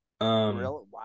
Wow